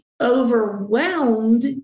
Overwhelmed